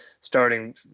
starting